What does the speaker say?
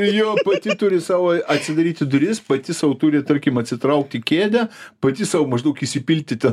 ir jo pati turi sau a atsidaryti duris pati sau turi tarkim atsitraukti kėdę pati sau maždaug įsipilti ten